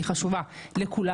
הוא חשוב לכולנו,